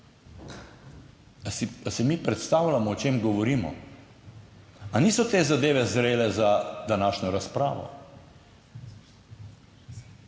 Ali si mi predstavljamo o čem govorimo? Ali niso te zadeve zrele za današnjo razpravo?